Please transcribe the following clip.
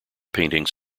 paintings